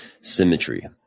symmetry